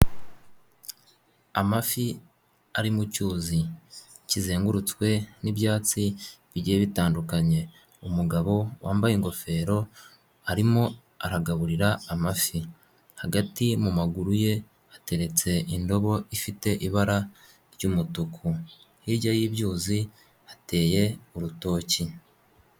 Amafi ari mu cyuzi, kizengurutswe n'ibyatsi bigiye bitandukanye, umugabo wambaye ingofero arimo aragaburira amafi, hagati mu maguru ye hateretse indobo ifite ibara ry'umutuku, hirya y'ibyuzi hateye urutoki.